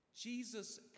Jesus